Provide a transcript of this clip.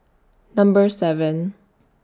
Number seven